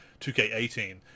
2k18